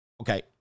Okay